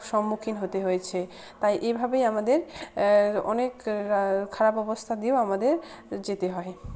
সম্মুখীন হতে হয়েছে তাই এভাবেই আমাদের অনেক খারাপ অবস্থা দিয়েও আমাদের যেতে হয়